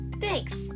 Thanks